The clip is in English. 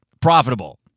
profitable